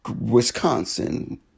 Wisconsin